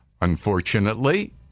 Unfortunately